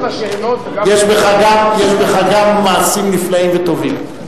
--- את השאלות וגם --- יש בך גם מעשים נפלאים וטובים,